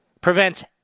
prevents